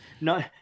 no